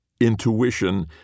Intuition